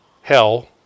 hell